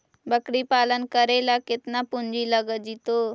बकरी पालन करे ल केतना पुंजी लग जितै?